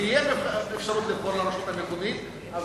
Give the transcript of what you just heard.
שתהיה האפשרות לרשות המקומית לבחור,